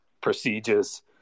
procedures